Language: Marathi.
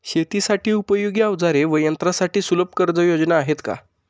शेतीसाठी उपयोगी औजारे व यंत्रासाठी सुलभ कर्जयोजना आहेत का?